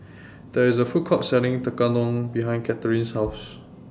There IS A Food Court Selling Tekkadon behind Kathrine's House